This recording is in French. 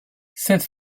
cette